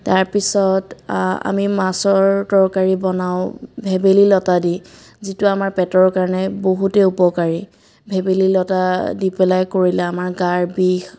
তাৰপিছত আমি মাছৰ তৰকাৰি বনাওঁ ভেভেলী লতা দি যিটো আমাৰ পেটৰ কাৰণে বহুতেই উপকাৰী ভেভেলী লতা দি পেলাই কৰিলে আমাৰ গাৰ বিষ